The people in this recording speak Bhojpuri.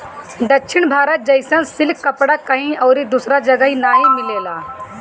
दक्षिण भारत जइसन सिल्क कपड़ा कहीं अउरी दूसरा जगही नाइ मिलेला